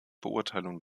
beurteilung